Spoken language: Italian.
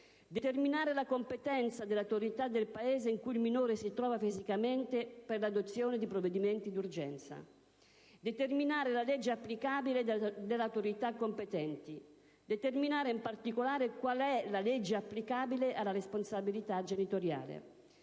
determinare la competenza delle autorità del Paese in cui il minore si trova fisicamente per l'adozione di tutti i provvedimenti d'urgenza; determinare la legge applicabile dalle autorità competenti; determinare, in particolare, qual è la legge applicabile alla responsabilità genitoriale;